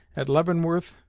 at leavenworth,